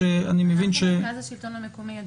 אנחנו ממרכז השלטון המקומי.